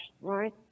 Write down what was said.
right